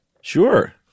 Sure